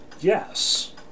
yes